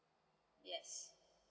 yes